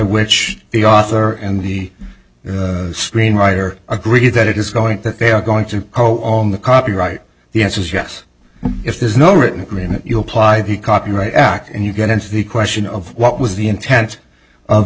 which the author and the screenwriter agree that it is going to they are going to go on the copyright the answer is yes if there's no written agreement you apply the copyright act and you get into the question of what was the intent of